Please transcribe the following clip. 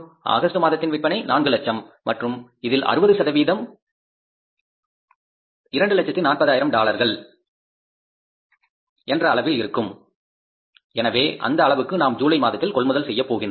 August மாதத்தின் விற்பனை 400000 மற்றும் இதில் 60 சதவீதம் 240000 டாலர்களாக இருக்கும் எனவே அந்த அளவுக்கு நாம் ஜூலை மாதத்தில் கொள்முதல் செய்ய போகின்றோம்